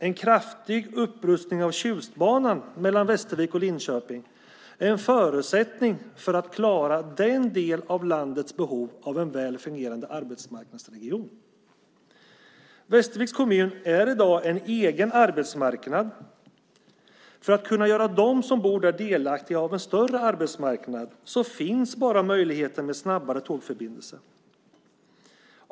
En kraftig upprustning av Tjustbanan mellan Västervik och Linköping är en förutsättning för att klara denna landsdels behov av en väl fungerande arbetsmarknadsregion. Västerviks kommun är i dag en egen arbetsmarknad. För att kunna göra dem som bor där delaktiga i en större arbetsmarknad finns bara möjligheten med snabbare tågförbindelser.